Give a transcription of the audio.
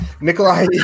Nikolai